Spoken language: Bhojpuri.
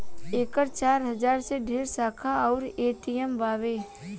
एकर चार हजार से ढेरे शाखा अउर ए.टी.एम बावे